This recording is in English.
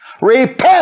Repent